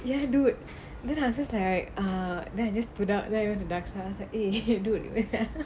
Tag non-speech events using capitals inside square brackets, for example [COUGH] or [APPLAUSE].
ya dude then I was just like err then I just stood up then I went to dakshar like eh dude [LAUGHS]